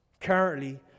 Currently